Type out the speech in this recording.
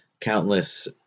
countless